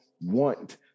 want